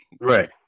Right